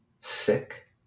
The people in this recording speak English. sick